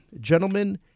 Gentlemen